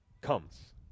comes